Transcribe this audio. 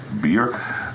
beer